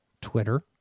Twitter